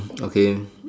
okay